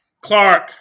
Clark